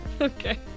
Okay